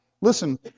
Listen